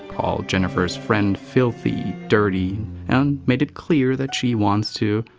called jennifer's friend filthy, dirty and made it clear that she wants to.